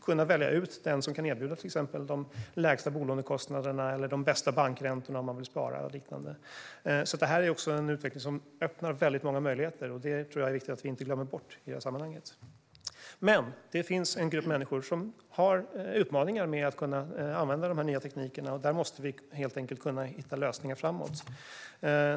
Kunden kan välja ut den som kan erbjuda till exempel de lägsta bolånekostnaderna eller de bästa bankräntorna om man vill spara. Det här är en utveckling som öppnar många möjligheter, och det tror jag är viktigt att vi inte glömmer bort i sammanhanget. Men det finns en grupp människor som har utmaningar med att använda de nya teknikerna. Där måste vi helt enkelt hitta lösningar framåt.